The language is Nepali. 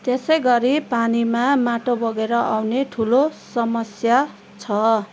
त्यसैगरी पानीमा माटो बगेर आउने ठुलो समस्या छ